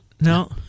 No